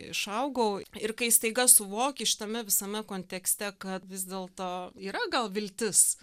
išaugau ir kai staiga suvoki šitame visame kontekste kad vis dėl to yra gal viltis